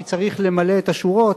כי צריך למלא את השורות.